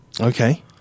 Okay